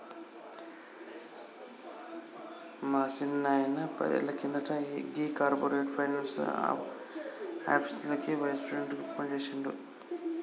మా సిన్నాయిన పదేళ్ల కింద గీ కార్పొరేట్ ఫైనాన్స్ ఆఫీస్లకి వైస్ ప్రెసిడెంట్ గా పనిజేసిండు